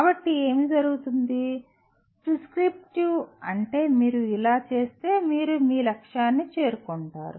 కాబట్టి ఏమి జరుగుతుంది ప్రిస్క్రిప్టివ్ అంటే మీరు ఇలా చేస్తే మీరు మీ లక్ష్యాన్ని చేరుకుంటారు